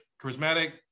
charismatic